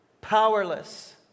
Powerless